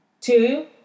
Two